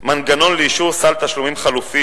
קובע מנגנון לאישור סל תשלומים חלופי,